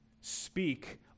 speak